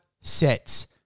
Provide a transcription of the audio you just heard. sets